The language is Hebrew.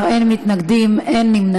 בעד, 19, אין מתנגדים, אין נמנעים.